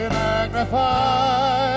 magnified